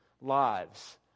lives